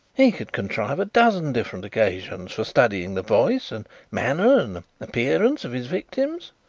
he could contrive a dozen different occasions for studying the voice and manner and appearance of his victims.